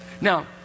Now